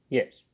Yes